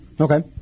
Okay